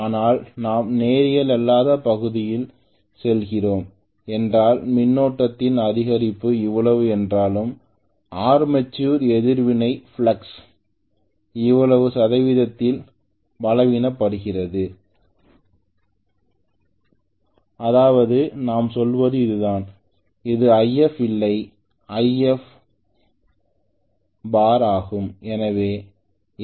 ஆனால் நாம் நேரியல் அல்லாத பகுதியில் செல்கிறோம் என்றால் மின்னோட்டத்தின் அதிகரிப்பு இவ்வளவு என்றாலும் ஆர்மேச்சர் எதிர்வினை ஃப்ளக்ஸை இவ்வளவு சதவீதத்தால் பலவீனப்படுத்துகிறது அதாவது நாம் சொல்வது இதுதான் இது If இல்லை Ifll ஆகும்